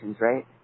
right